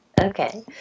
Okay